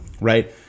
Right